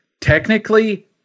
technically